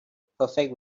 perfect